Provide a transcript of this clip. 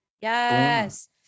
Yes